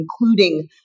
including